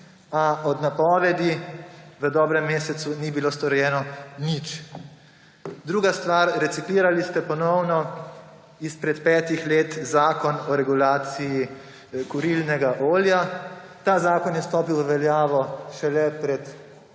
a od napovedi v dobrem mesecu ni bilo storjeno nič. Druga stvar, ponovno ste reciklirali izpred petih let zakon o regulaciji kurilnega olja. Ta zakon je stopil v veljavo šele pred